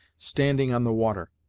standing on the water.